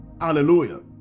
Hallelujah